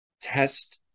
test